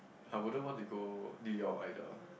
I wouldn't want to go New York either